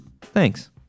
Thanks